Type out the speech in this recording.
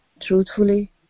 truthfully